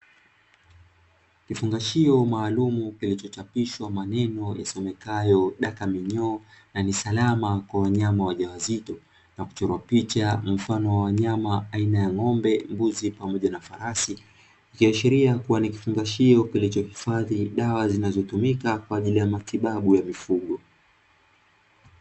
Kifungashio maalumu kilichochapishwa maneno yasomekayo daka minyoo na ni salama kwa wanyama wajawazito. Na kuchorwa picha ya wanyama mfano wa ng'ombe, mbuzi pamoja na farasi; ikiashiria huwa ni kifungashio kilichohifadhi dawa zinazotumika kwa ajili ya matibabu ya mifugo.